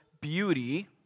beauty